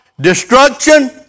Destruction